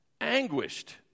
anguished